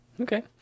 Okay